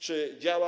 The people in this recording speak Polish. Czy działa?